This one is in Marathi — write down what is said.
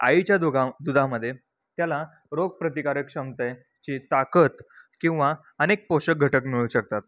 आईच्या दुगा दुधामध्ये त्याला रोग प्रतिकारक क्षमतेची ताकद किंवा अनेक पोषक घटक मिळू शकतात